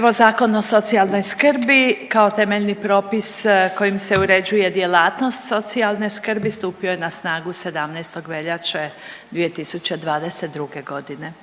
Evo Zakon o socijalnoj skrbi kao temeljni propis kojim se uređuje djelatnost socijalne skrbi, stupio je na snagu 17. veljače 2022. g.